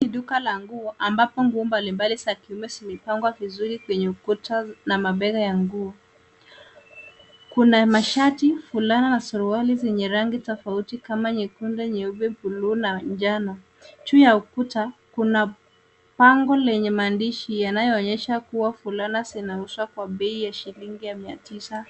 Hili ni duka la nguo ambapo nguo mbalimbali za kiume zimepangwa vizuri kwenye ukuta na mabegi ya nguo. Kuna mashati, fulana na suruali zenye rangi tofauti kama nyekundu, nyeupe, buluu na njano. Juu ya ukuta kuna bango lenye maandishi yanayoonyesha kuwa fulana zinauzwa kwa bei ya shilingi ya mia tisa.